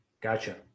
Gotcha